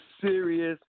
serious